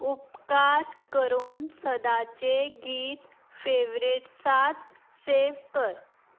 उपकार करून सदांचें गीत फेवरेट्सात सेव कर